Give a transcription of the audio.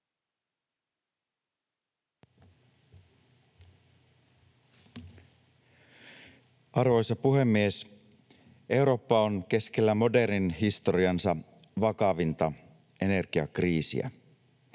Arvoisa puhemies! Eurooppa on keskellä modernin historiansa vakavinta energiakriisiä.